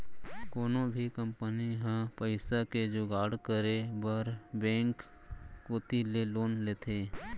कोनो भी कंपनी ह पइसा के जुगाड़ करे बर बेंक कोती ले लोन लेथे